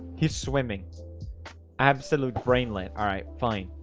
he's swimming absolute brain lit. alright fine